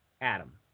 Adam